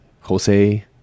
Jose